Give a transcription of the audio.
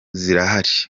zirahari